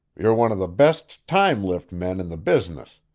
you're one of the best time-lift men in the business,